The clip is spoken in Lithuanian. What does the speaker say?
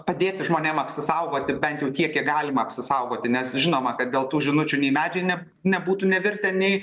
padėti žmonėm apsisaugoti bent jau tiek kiek galima apsisaugoti nes žinoma kad dėl tų žinučių nei medžiai ne nebūtų nevirtę nei